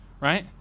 right